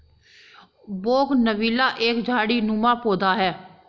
bougainvillea एक झाड़ीनुमा पौधा है